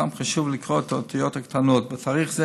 אולם חשוב לקרוא את האותיות הקטנות: בתאריך זה